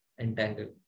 entangled